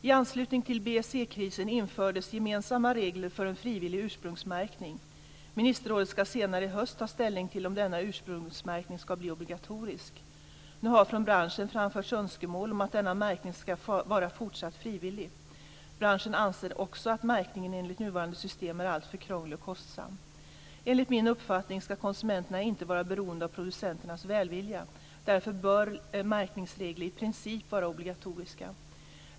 I anslutning till BSE-krisen infördes gemensamma regler för en frivillig ursprungsmärkning. Ministerrådet ska senare i höst ta ställning till om denna ursprungsmärkning ska bli obligatorisk. Nu har från branschen framförts önskemål om att denna märkning ska vara fortsatt frivillig. Branschen anser också att märkningen enligt nuvarande system är alltför krånglig och kostsam. Enligt min uppfattning ska konsumenterna inte vara beroende av producenternas välvilja. Därför bör märkningsregler i princip vara obligatoriska.